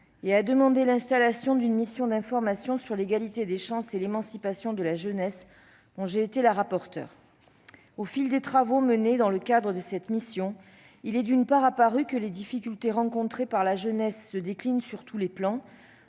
et à demander l'installation d'une mission d'information sur la politique en faveur de l'égalité des chances et de l'émancipation de la jeunesse, dont j'ai été la rapporteure. Au fil des travaux menés dans le cadre de cette mission, il est apparu que les difficultés rencontrées par la jeunesse se déclinent sur tous les plans,